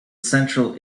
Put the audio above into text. central